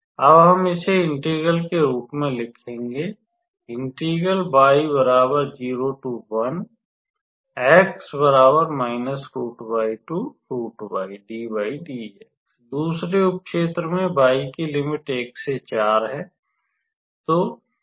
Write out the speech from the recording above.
अब हम इसे इंटीग्रल के रूप में लिखेंगे दूसरे उप क्षेत्र मैं y की लिमिट 1 से 4 है